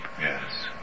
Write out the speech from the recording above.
Yes